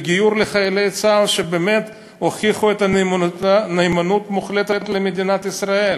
לגיור לחיילי צה"ל שבאמת הוכיחו נאמנות מוחלטת למדינת ישראל.